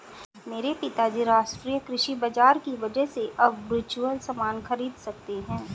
मेरे पिताजी राष्ट्रीय कृषि बाजार की वजह से अब वर्चुअल सामान खरीद सकते हैं